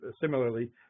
similarly